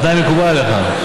התנאי מקובל עליך.